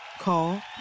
Call